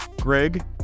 Greg